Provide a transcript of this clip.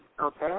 okay